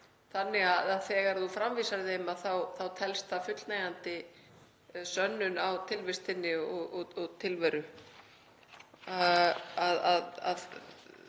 þannig að þegar þú framvísar þeim þá telst það fullnægjandi sönnun á tilvist þinni og tilveru.